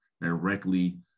directly